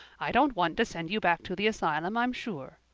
i don't want to send you back to the asylum, i'm sure.